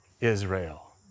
Israel